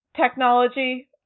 technology